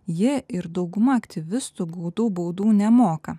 jie ir dauguma aktyvistų gautų baudų nemoka